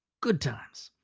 good times.